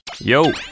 Yo